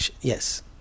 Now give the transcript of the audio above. yes